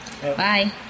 Bye